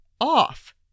off